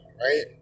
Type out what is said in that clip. right